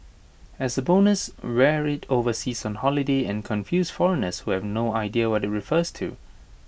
as A bonus wear IT overseas on holiday and confuse foreigners who have no idea what IT refers to